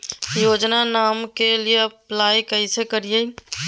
योजनामा के लिए अप्लाई कैसे करिए?